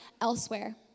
elsewhere